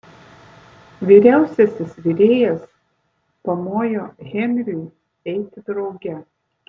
vyriausiasis virėjas pamojo henriui eiti drauge